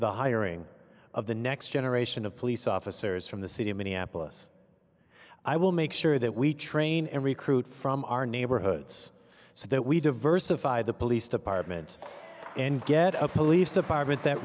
the hiring of the next generation of police officers from the city of minneapolis i will make sure that we train and recruit from our neighborhoods so that we diversify the police department and get a police department that